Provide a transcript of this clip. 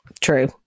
True